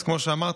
אז כמו שאמרת,